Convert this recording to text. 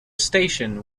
station